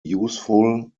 useful